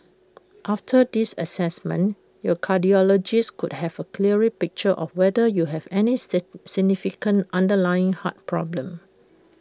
after this Assessment your cardiologist could have A clearer picture of whether you have any say significant underlying heart problem